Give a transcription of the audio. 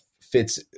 fits